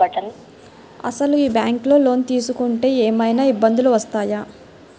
అసలు ఈ బ్యాంక్లో లోన్ తీసుకుంటే ఏమయినా ఇబ్బందులు వస్తాయా?